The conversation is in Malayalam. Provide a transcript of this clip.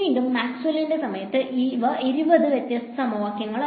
വീണ്ടും മാക്സ്വെല്ലിന്റെ സമയത്ത് ഇവ 20 വ്യത്യസ്ത സമവാക്യങ്ങളായിരുന്നു